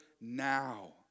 now